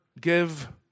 give